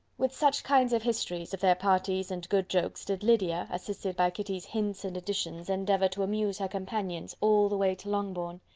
with such kinds of histories of their parties and good jokes, did lydia, assisted by kitty's hints and additions, endeavour to amuse her companions all the way to longbourn.